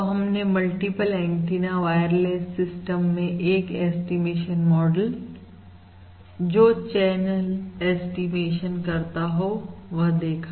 तो हमने multiple antenna wireless system में एक ऐस्टीमेशन मॉडल जो चैनल ऐस्टीमेशन करता हो वह देखा